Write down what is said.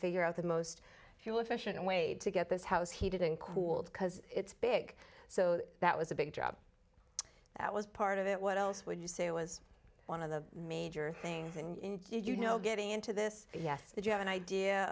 figure out the most fuel efficient way to get this house heated and cooled because it's big so that was a big job that was part of it what else would you say was one of the major things and you know getting into this yes that you have an idea